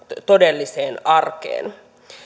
todelliseen arkeen